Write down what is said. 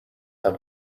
have